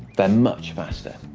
they're much faster,